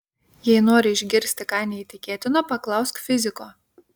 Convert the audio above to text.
jei nori išgirsti ką neįtikėtino paklausk fiziko